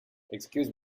excuse